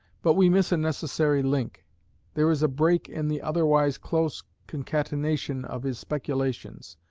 but we miss a necessary link there is a break in the otherwise close concatenation of his speculations.